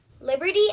Liberty